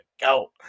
go